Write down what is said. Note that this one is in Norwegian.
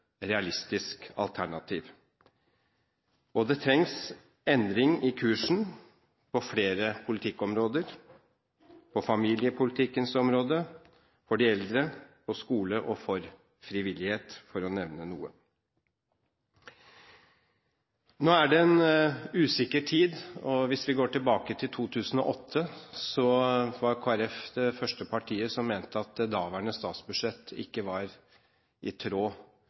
realistisk alternativ. Det trengs endring i kursen på flere politikkområder – på familiepolitikkens område, når det gjelder de eldre, skolen og frivilligheten, for å nevne noe. Nå er det en usikker tid. Hvis vi går tilbake til 2008, var Kristelig Folkeparti det første partiet som mente at det daværende statsbudsjett ikke var i tråd